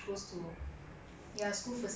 a bit more because of COVID